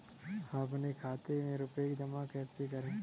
हम अपने खाते में रुपए जमा कैसे करें?